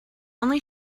only